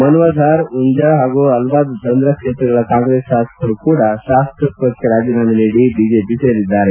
ಮನ್ನಧಾರ್ ಉಂಜಾ ಹಾಗೂ ಹಲ್ವಾದ್ ದಂದ್ರಾ ಕ್ಷೇತ್ರಗಳ ಕಾಂಗ್ರೆಸ್ ಶಾಸಕರು ಸಹ ಶಾಸಕತ್ವಕ್ಷೆ ರಾಜೀನಾಮೆ ನೀಡಿ ಬಿಜೆಪಿ ಸೇರಿದ್ದಾರೆ